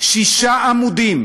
תשובה של שישה עמודים,